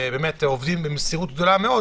עובדים במסירות גדולה מאוד,